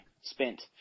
spent